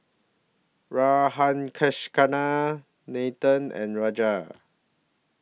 Radhakrishnan Nathan and Raja